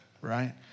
right